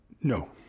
No